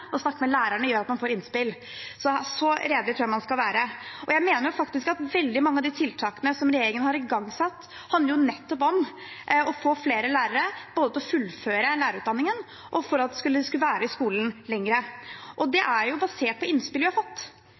å snakke med lærerne gjør at man får innspill. Så redelig tror jeg man skal være. Jeg mener faktisk at veldig mange av de tiltakene regjeringen har igangsatt, handler nettopp om å få flere lærere til både å fullføre lærerutdanningen og til å være lenger i skolen. Og det er jo basert på innspill vi har fått.